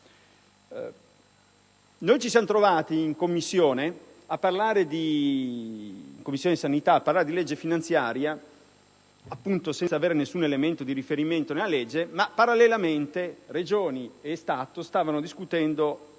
siamo appunto trovati in Commissione sanità a parlare di legge finanziaria senza disporre di nessun elemento di riferimento nella legge; parallelamente Regioni e Stato stavano discutendo